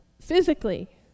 Physically